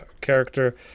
character